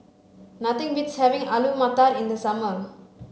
nothing beats having Alu Matar in the summer